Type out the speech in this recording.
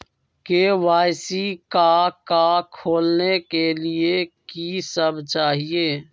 KYC का का खोलने के लिए कि सब चाहिए?